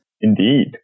Indeed